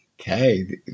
Okay